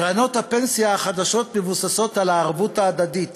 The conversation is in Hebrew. קרנות הפנסיה החדשות מבוססות על הערבות ההדדית